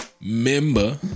member